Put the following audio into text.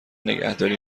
نگهداری